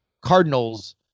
Cardinals